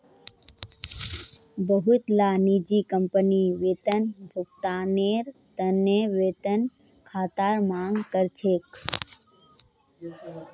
बहुतला निजी कंपनी वेतन भुगतानेर त न वेतन खातार मांग कर छेक